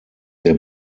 der